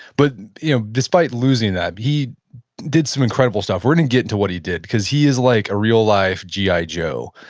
but you know despite losing that, he did some incredible stuff. we're gonna get into what he did, cause he is like a real-life gi ah joe.